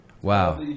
Wow